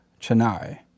Chennai